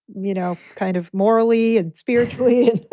you know, kind of morally and spiritually,